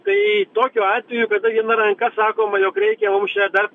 kai tokiu atveju kada viena ranka sakoma jog reikia mums čia dar